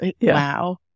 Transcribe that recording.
Wow